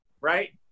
right